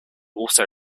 also